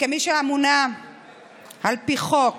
כמי שממונה על פי חוק